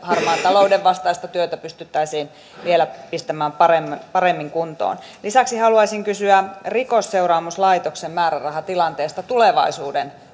talouden vastaista työtä pystyttäisiin vielä pistämään paremmin kuntoon lisäksi haluaisin kysyä rikosseuraamuslaitoksen määrärahatilanteesta tulevaisuuden